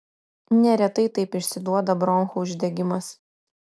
neretai taip išsiduoda bronchų uždegimas